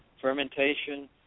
fermentation